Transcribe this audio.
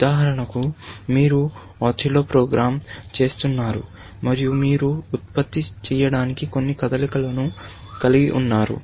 ఉదాహరణకు మీరు Othello program చేస్తున్నారు మరియు మీరు ఉత్పత్తి చేయడానికి కొన్ని కదలికలను కలిగి ఉన్నారు